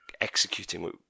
executing